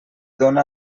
dóna